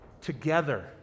Together